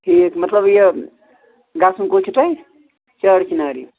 ٹھیٖک مطلب یہِ گَژھُن کوٚت چھو تۄہہِ چار چناری